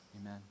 amen